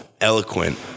eloquent